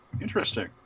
Interesting